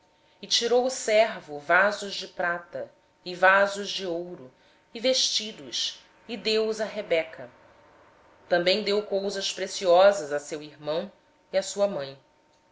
e tirou o servo jóias de prata e jóias de ouro e vestidos e deu os a rebeca também deu coisas preciosas a seu irmão e a sua mãe